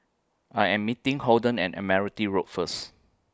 I Am meeting Holden and Admiralty Road First